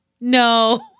No